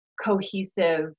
cohesive